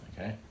Okay